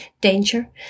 danger